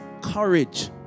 courage